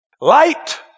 Light